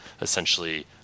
essentially